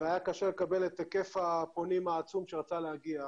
והיה קשה לקבל את היקף הפונים העצום שרצה להגיע.